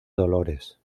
dolores